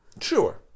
Sure